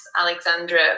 Alexandra